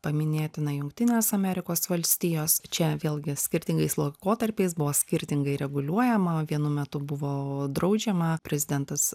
paminėtina jungtinės amerikos valstijos čia vėlgi skirtingais laikotarpiais buvo skirtingai reguliuojama vienu metu buvo draudžiama prezidentas